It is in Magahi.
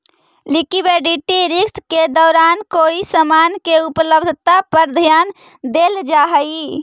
लिक्विडिटी रिस्क के दौरान कोई समान के उपलब्धता पर ध्यान देल जा हई